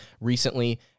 recently